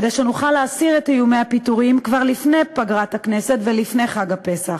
כדי שנוכל להסיר את איומי הפיטורים כבר לפני פגרת הכנסת ולפני חג הפסח.